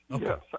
Yes